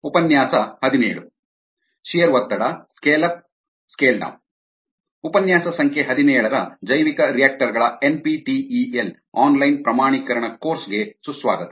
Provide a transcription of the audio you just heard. ಉಪನ್ಯಾಸ ಸಂಖ್ಯೆ ಹದಿನೇಳರ ಜೈವಿಕರಿಯಾಕ್ಟರ್ ಗಳ ಎನ್ಪಿಟಿಇಎಲ್ ಆನ್ಲೈನ್ ಪ್ರಮಾಣೀಕರಣ ಕೋರ್ಸ್ ಗೆ ಸುಸ್ವಾಗತ